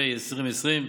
התש"ף 2020,